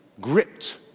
gripped